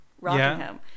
Rockingham